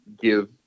give